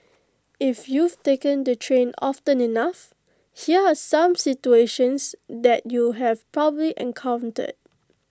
if you've taken the train often enough here are some situations that you'd have probably encountered